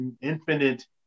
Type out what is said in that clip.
infinite